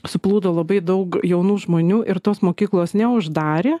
suplūdo labai daug jaunų žmonių ir tos mokyklos neuždarė